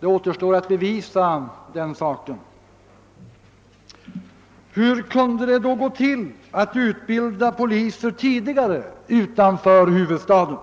Det återstår att bevisa den saken. Hur kunde det då gå till att utbilda poliser tidigare utanför huvudstaden?